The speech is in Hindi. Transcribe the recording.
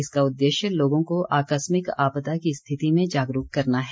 इसका उद्देश्य लोगों को आकस्मिक आपदा की स्थिति में जागरूक करना है